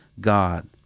God